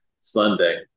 Sunday